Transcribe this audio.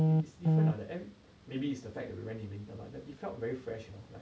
it is different lah the air maybe it's the fact that we went in winter but that it felt very fresh you know like